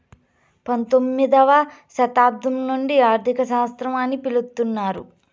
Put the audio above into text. పంతొమ్మిదవ శతాబ్దం నుండి ఆర్థిక శాస్త్రం అని పిలుత్తున్నారు